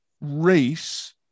race